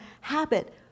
habit